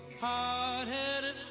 hard-headed